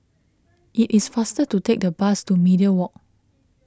it is faster to take the bus to Media Walk